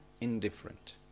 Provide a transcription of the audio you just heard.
indifferent